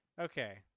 okay